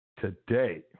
today